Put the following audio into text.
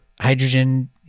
hydrogen